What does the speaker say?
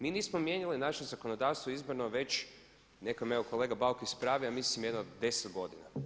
Mi nismo mijenjali naše zakonodavstvo izborno već, neka me kolega Bauk ispravi, ali mislim jedno deset godina.